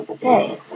Hey